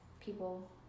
people